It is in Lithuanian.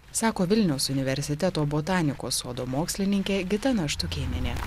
sako vilniaus universiteto botanikos sodo mokslininkė gitana štukėnienė